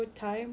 had to